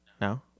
no